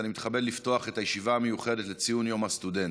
אני מתכבד לפתוח את הישיבה המיוחדת לציון יום הסטודנט.